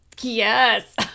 Yes